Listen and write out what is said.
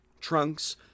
trunks